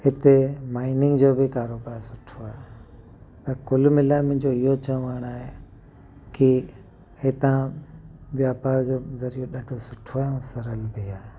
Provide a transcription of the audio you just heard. हिते माइनिंग जो बि कारोबार सुठो आहे त कुल मिलाइ मुंहिंजो इहो चवण आहे की हितां वापार जो ज़रियो ॾाढो सुठो आहे ऐं सरल बि आहे